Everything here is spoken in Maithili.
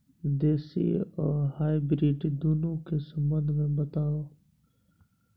देसी आ हाइब्रिड दुनू के संबंध मे बताऊ?